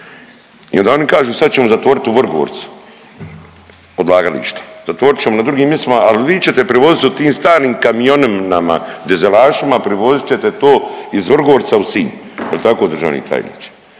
I onda kažu sad ćemo zatvorit u Vrgorcu odlagališe, zatvorit ćemo na drugim mjestima ali vi ćete prevoziti u tim starim kamioninama dizelašima privozit ćete to iz Vrgorca u Sinj. Jel tako državni tajniče?